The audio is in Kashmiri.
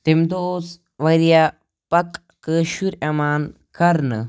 تَمہِ دۄہ اوس واریاہ پَکہٕ کٲشُر یِوان کرنہِ